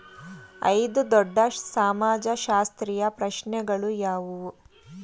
ಐದು ದೊಡ್ಡ ಸಮಾಜಶಾಸ್ತ್ರೀಯ ಪ್ರಶ್ನೆಗಳು ಯಾವುವು?